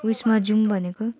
उयसमा जाउँ भनेको